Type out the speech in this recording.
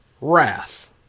wrath